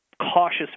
cautious